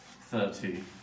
Thirty